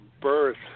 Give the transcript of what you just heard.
birth